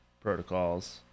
protocols